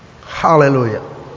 Hallelujah